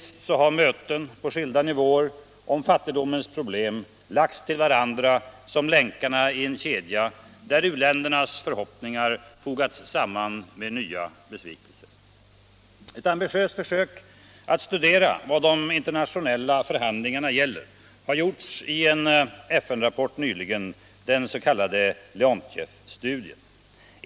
Så har möten på skilda nivåer om fattigdomens problem lagts till varandra som länkarna i en kedja, där u-ländernas förhoppningar fogats samman med nya besvikelser. Ett ambitiöst försök att studera vad de internationella förhandlingarna gäller har gjorts i en FN-rapport nyligen, den s.k. Leontief-studien.